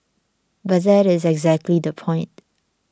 but that is exactly the point